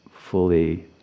fully